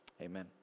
Amen